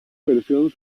versión